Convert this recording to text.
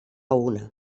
una